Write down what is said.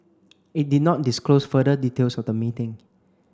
it did not disclose further details of the meeting